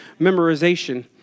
memorization